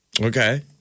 Okay